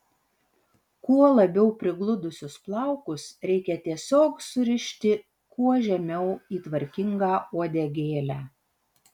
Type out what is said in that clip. kuo labiau prigludusius plaukus reikia tiesiog surišti kuo žemiau į tvarkingą uodegėlę